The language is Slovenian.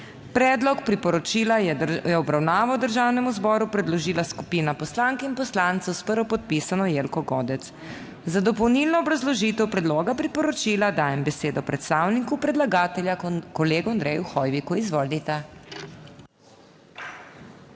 Predlog priporočila je v obravnavo Državnemu zboru predložila skupina poslank in poslancev s prvopodpisano Jelko Godec. Za dopolnilno obrazložitev predloga priporočila dajem besedo predstavniku predlagatelja, kolegu Andreju Hoiviku. Izvolite.